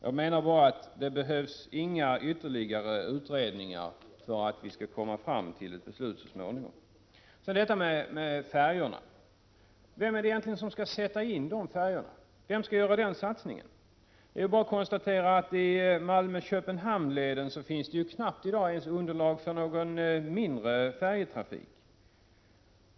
Jag menar att det inte behövs några ytterliga utredningar för att vi skall komma fram till ett beslut så småningom. När det gäller färjorna vill jag fråga: Vem är det egentligen som skall göra den satsningen? Vem skall sätta in dessa färjor? I Malmö— Köpenhamnsleden finns det i dag knappast ens underlag för någon mindre färjetrafik.